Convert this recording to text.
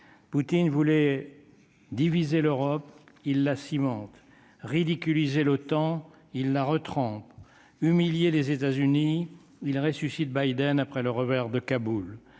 Poutine voulait diviser l'Europe, il la cimente ridiculiser le temps il a retranché humilier les États-Unis ils ressuscitent Biden après le revers de Kaboul